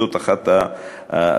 זו אחת הדוגמאות.